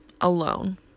alone